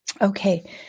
Okay